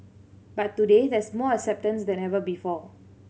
but today there's more acceptance than ever before